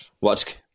Watch